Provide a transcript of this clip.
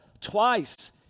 twice